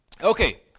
Okay